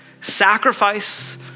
sacrifice